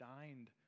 dined